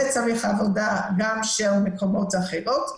זה צריך עבודה גם של מקומות אחרים,